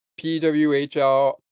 PWHL